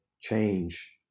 change